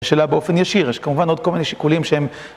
שאלה באופן ישיר, יש כמובן עוד כל מיני שיקולים שהם...